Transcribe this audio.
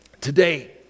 Today